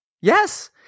Yes